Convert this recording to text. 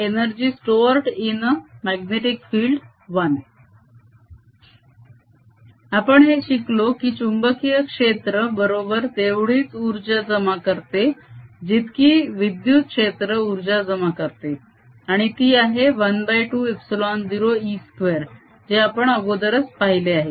energy stored in a magnetic field I आपण हे शिकलो की चुंबकीय क्षेत्र बरोबर तेवढीच उर्जा जमा करते जितकी विद्युत क्षेत्र उर्जा जमा करते आणि ती आहे ½ ε0E2 जे आपण अगोदरच पाहिले आहे